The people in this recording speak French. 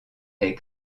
est